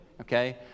okay